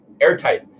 airtight